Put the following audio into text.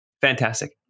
Fantastic